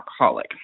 alcoholic